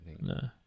No